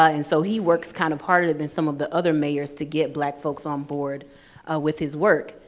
ah and so he works kind of harder than some of the other mayors to get black folks on board with his work.